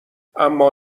اما